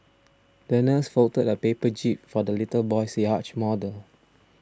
the nurse folded a paper jib for the little boy's yacht model